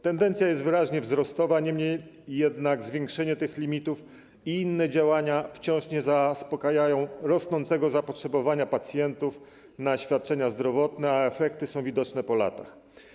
Tendencja jest wyraźnie wzrostowa, niemniej jednak zwiększenie tych limitów i inne działania wciąż nie zaspokajają rosnącego zapotrzebowania pacjentów na świadczenia zdrowotne, a efekty są widoczne po latach.